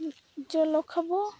ᱡᱚᱞᱼᱳ ᱠᱷᱟᱵᱚ